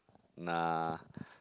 nah